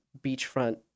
beachfront